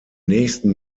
nächsten